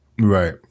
Right